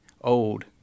old